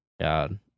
god